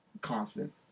constant